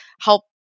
help